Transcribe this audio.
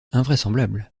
invraisemblable